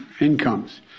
incomes